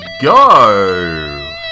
Go